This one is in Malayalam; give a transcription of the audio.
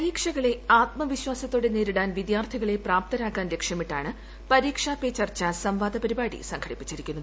പരീക്ഷകളെ ആത്മവിശ്വാസത്തോടെ നേരിടാൻ വിദ്യാർത്ഥികളെ പ്രാപ്തരാക്കാൻ ലക്ഷ്യമിട്ടാണ് പരീക്ഷാ പേ ചർച്ച സംവാദ പരിപാടി സംഘടിപ്പിച്ചിരിക്കുന്നത്